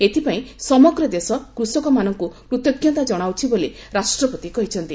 ଏଥିପାଇଁ ସମଗ୍ର ଦେଶ କୃଷକମାନଙ୍କୁ କୃତଜ୍ଞତା ଜଣାଉଛି ବୋଲି ରାଷ୍ଟପତି କହିଛନ୍ତି